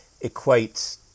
equate